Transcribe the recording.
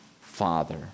father